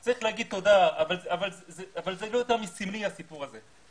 יש לומר תודה אבל זה לא תמיד סמלי, הסיפור הזה.